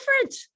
different